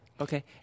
Okay